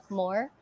more